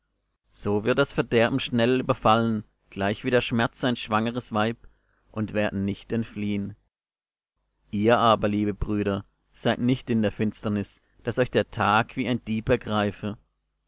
so wird sie das verderben schnell überfallen gleichwie der schmerz ein schwangeres weib und werden nicht entfliehen ihr aber liebe brüder seid nicht in der finsternis daß euch der tag wie ein dieb ergreife